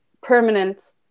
permanent